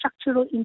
structural